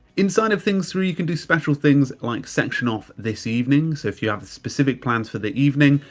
inside of things three you can do special things like sanction off this evening. so if you have the specific plans for the evening,